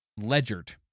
ledgered